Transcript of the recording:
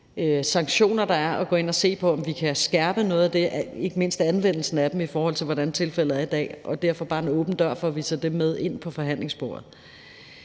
sanktioner, der er, og se på, om vi kan skærpe noget af det, ikke mindst anvendelsen af dem, i forhold til hvordan tilfældet er i dag. Det er derfor bare en åben dør for, at vi tager det med ind på forhandlingsbordet.